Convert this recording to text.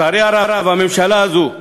לצערי הרב, הממשלה הזאת,